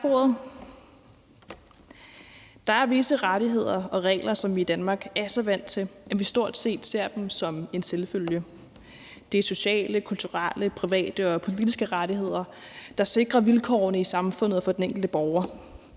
Der er visse rettigheder og regler, som vi i Danmark er så vant til, at vi stort set ser dem som en selvfølge. Det er sociale, kulturelle, private og politiske rettigheder, der sikrer vilkårene i samfundet og for den enkelte borger,